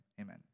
Amen